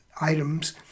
items